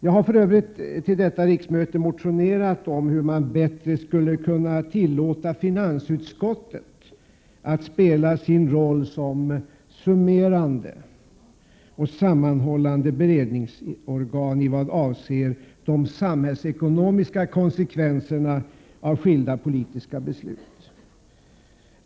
Jag har för övrigt till detta riksmöte motionerat om hur man bättre skulle kunna tillåta finansutskottet att spela sin roll som summerande och sammanhållande beredningsorgan, i vad avser de samhällsekonomiska konsekvenserna av skilda politiska beslut.